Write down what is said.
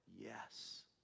yes